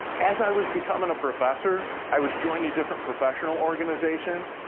as i was becoming a professor, i was joining different professional organizations.